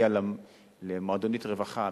מגיע למועדונית רווחה,